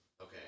Okay